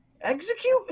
Execute